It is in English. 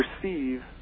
perceive